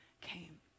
came